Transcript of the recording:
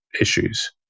issues